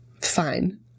fine